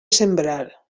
sembrar